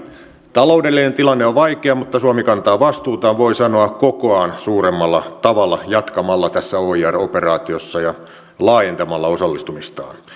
taloudellinen tilanne on vaikea mutta suomi kantaa vastuutaan voi sanoa kokoaan suuremmalla tavalla jatkamalla tässä oir operaatiossa ja laajentamalla osallistumistaan